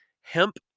hemp